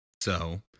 So